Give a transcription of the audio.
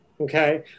okay